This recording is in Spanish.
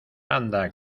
anda